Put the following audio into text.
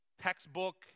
textbook